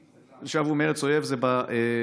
"שבו מארץ אויב" זה בירמיהו,